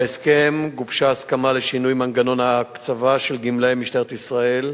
בהסכם גובשה הסכמה לשינוי מנגנון ההקצבה של גמלאי משטרת ישראל,